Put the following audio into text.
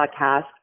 podcast